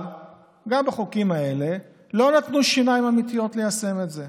אבל גם בחוקים האלה לא נתנו שיניים אמיתיות ליישם את זה.